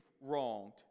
wronged